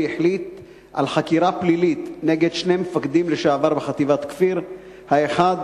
החליט על חקירה פלילית נגד שני מפקדים לשעבר בחטיבת "כפיר" האחד,